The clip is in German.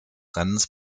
rennens